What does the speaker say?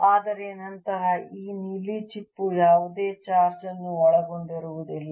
ಆದರೆ ನಂತರ ಈ ನೀಲಿ ಚಿಪ್ಪು ಯಾವುದೇ ಚಾರ್ಜ್ ಅನ್ನು ಒಳಗೊಂಡಿರುವುದಿಲ್ಲ